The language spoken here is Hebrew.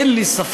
אין לי ספק,